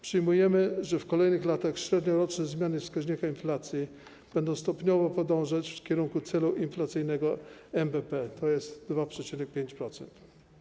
Przyjmujemy, że w kolejnych latach średnioroczne zmiany wskaźnika inflacji będą stopniowo podążać w kierunku celu inflacyjnego NBP, to jest 2,5%.